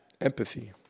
empathy